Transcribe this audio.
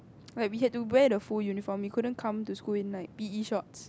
like we had to wear the full uniform we couldn't come to school in like P_E shorts